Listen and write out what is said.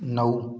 नऊ